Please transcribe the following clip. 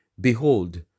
behold